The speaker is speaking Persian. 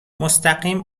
مستقیم